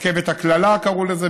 "רכבת הקללה" קראו לזה,